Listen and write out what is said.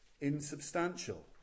insubstantial